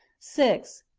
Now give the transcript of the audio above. six.